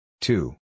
Two